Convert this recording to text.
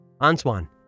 Antoine